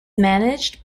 managed